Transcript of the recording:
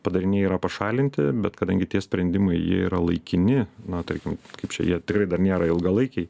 padariniai yra pašalinti bet kadangi tie sprendimai jie yra laikini na tarkim kaip čia jie tikrai dar nėra ilgalaikiai